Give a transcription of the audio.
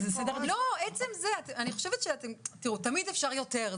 אבל --- תמיד אפשר יותר,